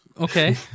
Okay